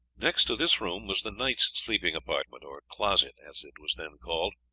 next to this room was the knight's sleeping apartment, or closet as it was then called,